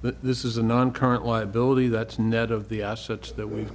but this is a non current liability that's net of the assets that we've